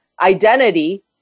identity